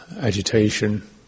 agitation